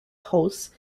hosts